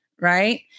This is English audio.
right